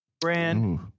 brand